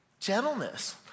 gentleness